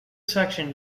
section